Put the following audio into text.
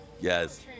Yes